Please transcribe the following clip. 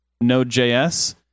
Node.js